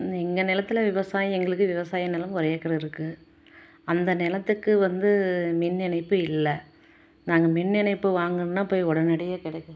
எங்கள் நிலத்துல விவசாயம் எங்களுக்கு விவசாயம் நிலம் ஒரு ஏக்கர் இருக்குது அந்த நிலத்துக்கு வந்து மின் இணைப்பு இல்லை நாங்கள் மின் இணைப்பு வாங்குன்னால் போய் உடனடியா கிடைக்